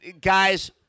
guys